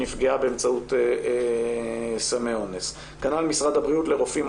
נפגעה באמצעות סמי האונס כנ"ל משרד הבריאות לרופאים,